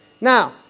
Now